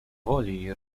woli